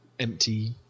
empty